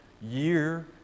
year